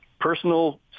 personal